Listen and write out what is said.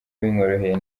bimworoheye